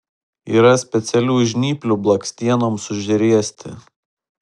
yra specialių žnyplių blakstienoms užriesti